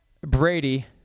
Brady